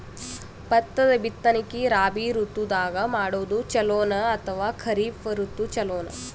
ಭತ್ತದ ಬಿತ್ತನಕಿ ರಾಬಿ ಋತು ದಾಗ ಮಾಡೋದು ಚಲೋನ ಅಥವಾ ಖರೀಫ್ ಋತು ಚಲೋನ?